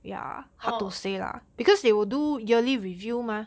orh